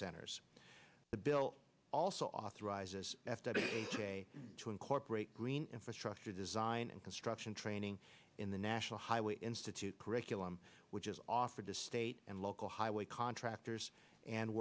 centers the bill also authorizes to incorporate green infrastructure design and construction training in the national highway institute curriculum which is offered to state and local highway contractors and